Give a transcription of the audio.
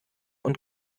und